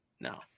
No